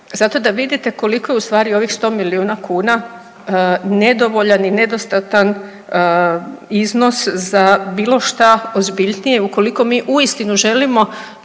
Zato da vidite koliko je ustvari ovih 100 milijuna kuna nedovoljan i nedostatan iznos za bilo šta ozbiljnije ukoliko mi uistinu želimo